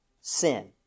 sin